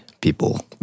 people